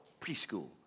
preschool